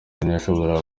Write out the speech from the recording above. ntiyashoboraga